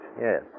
Yes